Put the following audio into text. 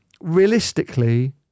realistically